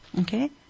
okay